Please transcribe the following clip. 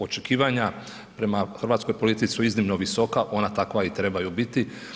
Očekivanja prema hrvatskoj policiji su iznimno visoka, ona takva i trebaju biti.